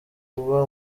kuba